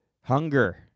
hunger